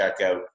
checkout